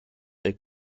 est